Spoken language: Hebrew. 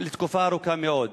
לתקופה ארוכה מאוד.